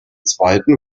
zweiten